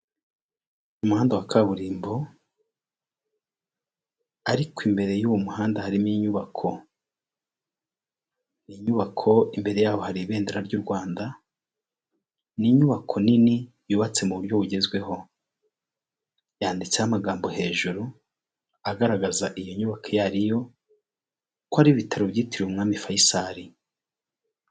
Umuhanda wa kaburimbo ariko imbere y'uwo muhanda harimo inyubako, inyubako imbere yaho hari ibendera ry'u Rwanda n'inyubako nini yubatse mu buryo bugezweho yanditseho amagambo hejuru agaragaza iyo nyubako, iyo ariyo ko ari ibitaro byitiriwe umwami Fayisali.